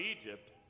Egypt